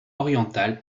orientales